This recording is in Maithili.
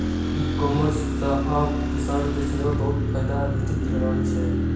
ई कॉमर्स सं आब किसान के सेहो बहुत फायदा भेटि रहल छै